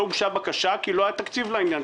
לא הוגשה בקשה כי לא היה תקציב לעניין.